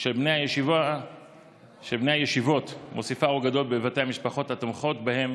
של בני הישיבות מוסיפה אור גדול בבתי המשפחות התומכות בהם